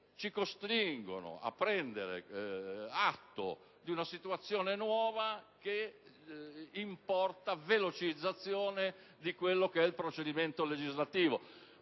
ci costringono a prendere atto di una situazione nuova che importa velocizzazione del procedimento legislativo.